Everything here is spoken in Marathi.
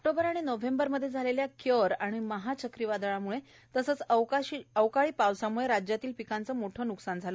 ऑक्टोबर नोव्होबरमध्ये झालेल्या क्योर आणि महा चक्रीवादळामुळे तसंच अवकाळी पावसामुळे राज्यातील पिकांचे मोठे न्कसान झाले